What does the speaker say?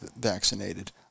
vaccinated